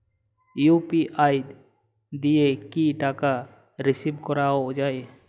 UPI দিয়ে কি টাকা রিসিভ করাও য়ায়?